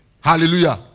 Hallelujah